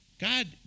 God